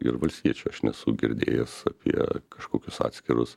ir valstiečių aš nesu girdėjęs apie kažkokius atskirus